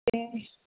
ਅਤੇ